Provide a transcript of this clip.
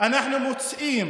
אנחנו מוצאים